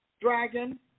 dragon